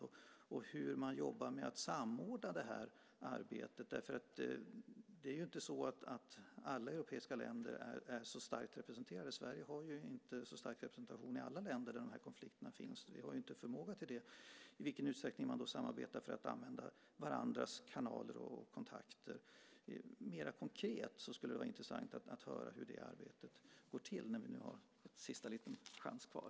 Och hur jobbar man med att samordna det arbetet? Alla europeiska länder är ju inte så starkt representerade. Sverige har ju inte så stark representation i alla länder där de här konflikterna finns. Vi har inte förmåga till det. I vilken utsträckning samarbetar man då för att använda varandras kanaler och kontakter? Det skulle vara intressant att mera konkret höra hur det arbetet går till.